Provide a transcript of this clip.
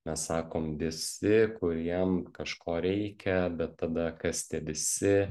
mes sakom visi kuriem kažko reikia bet tada kas tie visi